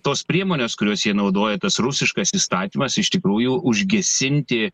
tos priemonės kurios jie naudoja tas rusiškas įstatymas iš tikrųjų užgesinti